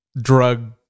drug